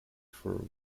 for